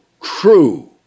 true